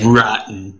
rotten